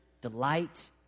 delight